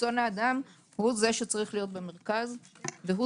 רצון האדם הוא שצריך להיות במרכז והוא